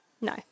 No